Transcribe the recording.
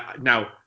now